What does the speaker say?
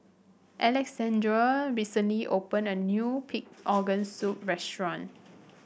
Alexandr recently opened a new Pig Organ Soup restaurant